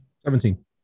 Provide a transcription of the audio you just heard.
Seventeen